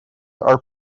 are